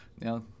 Now